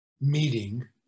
meeting